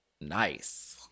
Nice